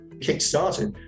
kick-started